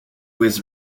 was